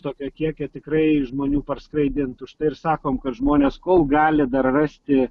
tokio kiekio tikrai žmonių parskraidint užtai ir sakom kad žmonės kol gali dar rasti